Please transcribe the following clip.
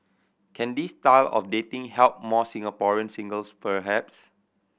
can this style of dating help more Singaporean singles perhaps